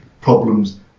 problems